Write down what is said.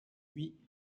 oui